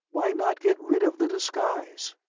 why not get rid of the disguise?